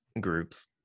groups